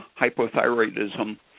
hypothyroidism